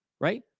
right